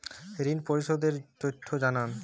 ঋন পরিশোধ এর তথ্য জানান